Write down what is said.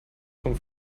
vom